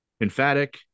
emphatic